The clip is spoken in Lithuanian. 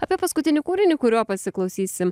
apie paskutinį kūrinį kurio pasiklausysim